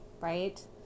right